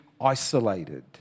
isolated